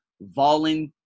volunteer